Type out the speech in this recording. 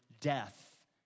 death